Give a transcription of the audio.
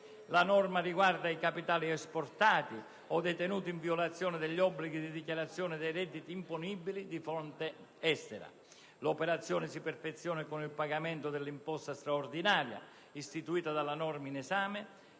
La norma riguarda i capitali esportati o detenuti in violazione degli obblighi di dichiarazione dei redditi imponibili di fonte estera. L'operazione si perfeziona con il pagamento dell'imposta straordinaria, istituita dalla norma in esame,